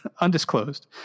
undisclosed